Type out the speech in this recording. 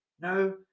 no